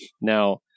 Now